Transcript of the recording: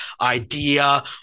idea